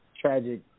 tragic